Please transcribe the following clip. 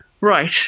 Right